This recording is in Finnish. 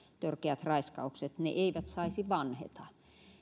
törkeät raiskaukset eivät saisi vanheta